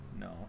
No